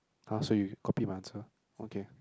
!huh! so you copy my answer okay